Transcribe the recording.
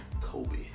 Kobe